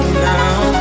now